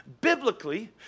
biblically